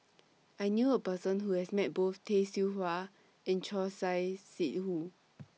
I knew A Person Who has Met Both Tay Seow Huah and Choor Singh Sidhu